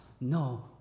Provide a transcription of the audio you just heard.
no